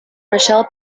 michelle